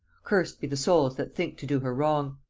curs'd be the souls that think to do her wrong.